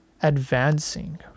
advancing